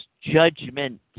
judgment